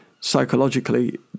psychologically